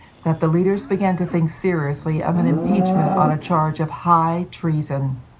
that the leaders began to think seriously of an impeachment on a charge of high treason.